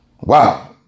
Wow